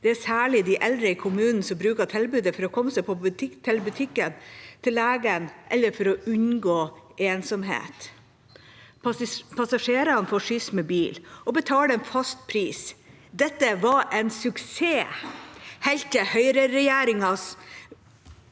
Det er særlig de eldre i kommunen som bruker tilbudet, for å komme seg til butikken, til legen eller for å unngå ensomhet. Passasjerene får skyss med bil og betaler en fastpris. Dette var en suksess helt til Høyre-regjeringa,